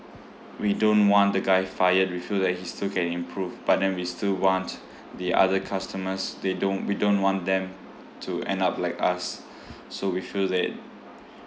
we don't want the guy fired we feel that he still can improve but then we still want the other customers they don't we don't want them to end up like us so we feel that